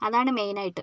അതാണ് മെയിൻ ആയിട്ട്